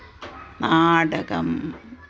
നാടകം